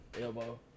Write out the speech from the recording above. Elbow